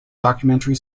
documentary